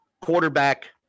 quarterback